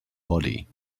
body